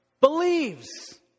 Believes